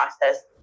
process